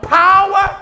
power